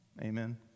amen